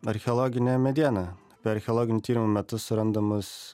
archeologinę medieną archeologinių tyrimų metu surandamus